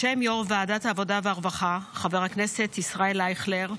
בשם יו"ר ועדת העבודה והרווחה חבר הכנסת ישראל אייכלר,